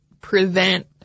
prevent